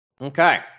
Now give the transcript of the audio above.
Okay